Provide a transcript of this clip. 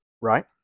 Right